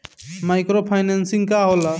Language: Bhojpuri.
माइक्रो फाईनेसिंग का होला?